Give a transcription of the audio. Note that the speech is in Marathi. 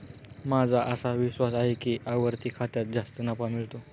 माझा असा विश्वास आहे की आवर्ती खात्यात जास्त नफा मिळतो